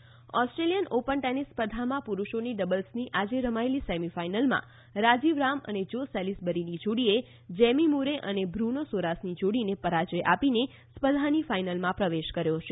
Australian open Australian open tennis સ્પર્ધામાં પુરૂષોની ડબલ્સની આજે રમાયેલી સેમી ફાઇનલમાં રાજીવ રામ અને જો સેલીસબરીની જોડીએ જેમી મુરે અને બ્રુનો સોરાસની જોડીને પરાજ્ય આપીને સ્પર્ધાની ફાઇનલમાં પ્રવેશ કર્યો છે